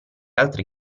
altri